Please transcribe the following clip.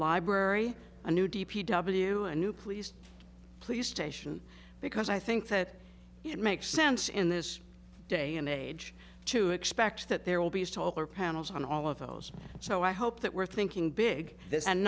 library a new d p w a new police please station because i think that it makes sense in this day and age to expect that there will be as taller panels on all of those so i hope that we're thinking big